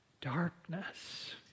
darkness